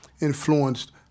influenced